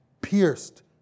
pierced